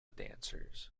dancers